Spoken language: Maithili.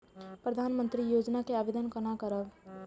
प्रधानमंत्री योजना के आवेदन कोना करब?